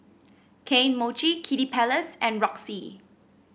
Kane Mochi Kiddy Palace and Roxy